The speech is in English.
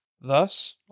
Thus